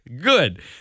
good